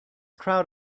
crowd